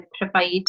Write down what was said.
provide